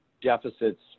deficits